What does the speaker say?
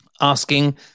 asking